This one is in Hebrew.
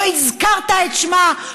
לא הזכרת את שמה,